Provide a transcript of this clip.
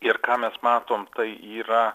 ir ką mes matom tai yra